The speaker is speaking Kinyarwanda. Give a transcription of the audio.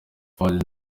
fuadi